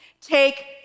take